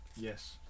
Yes